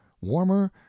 warmer